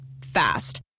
Fast